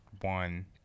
one